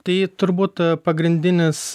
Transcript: tai turbūt pagrindinis